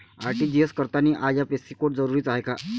RTGS करतांनी IFSC code जरुरीचा हाय का?